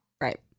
right